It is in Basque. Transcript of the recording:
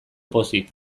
pozik